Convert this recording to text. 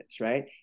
right